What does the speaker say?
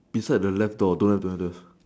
beside the laptop don't have don't have don't have